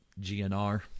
GNR